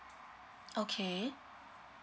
okay